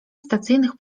stacyjnych